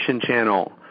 channel